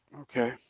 Okay